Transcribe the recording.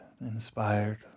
inspired